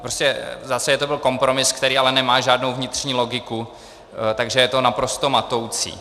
Prostě to byl zase kompromis, který ale nemá žádnou vnitřní logiku, takže je to naprosto matoucí.